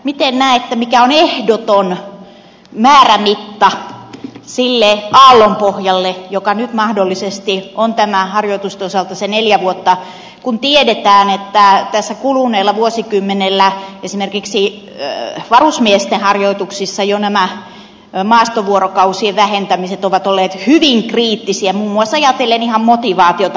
miten näette mikä on ehdoton määrämitta sille aallonpohjalle joka nyt mahdollisesti on harjoitusten osalta se neljä vuotta kun tiedetään että tässä kuluneella vuosikymmenellä esimerkiksi varusmiesten harjoituksissa jo nämä maastovuorokausien vähentämiset ovat olleet hyvin kriittisiä muun muassa ajatellen ihan motivaatiota